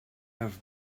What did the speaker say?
have